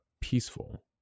peaceful